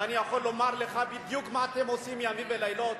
ואני יכול לומר לך בדיוק מה אתם עושים ימים ולילות.